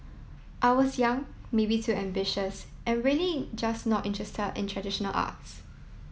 I was young maybe too ambitious and really just not interested in traditional arts